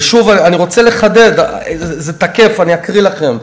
ושוב, אני רוצה לחדד, זה תקף, אני אקריא לכם: